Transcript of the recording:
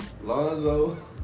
Lonzo